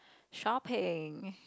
shopping